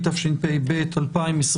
התשפ"ב-2021.